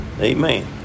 Amen